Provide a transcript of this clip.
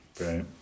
Right